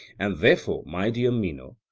and, therefore, my dear meno,